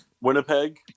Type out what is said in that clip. Winnipeg